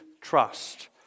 trust